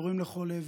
יורים לכל עבר: